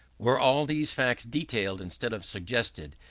were all these facts detailed instead of suggested,